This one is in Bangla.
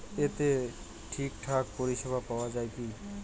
এতে ঠিকঠাক পরিষেবা পাওয়া য়ায় কি?